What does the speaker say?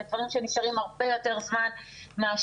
אלה דברים שנשארים הרבה יותר זמן מאשר